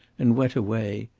and went away.